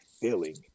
feeling